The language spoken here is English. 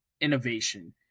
innovation